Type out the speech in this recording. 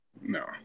no